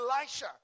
Elisha